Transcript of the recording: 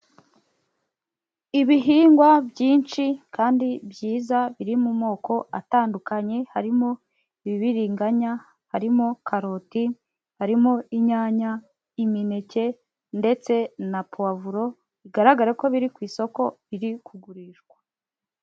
Ibihingwa byinshi kandi byiza biri mu moko atandukanye, harimo ibibiriganya, harimo karoti, harimo inyanya, imineke ndetse na puwavuro, bigaragara ko biri ku isoko, biri kugurishwa.